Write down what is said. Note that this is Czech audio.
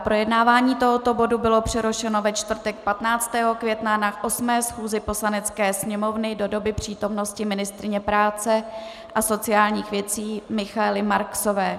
Projednávání tohoto bodu bylo přerušeno ve čtvrtek 15. května na 8. schůzi Poslanecké sněmovny do doby přítomnosti ministryně práce a sociálních věcí Michaely Marksové.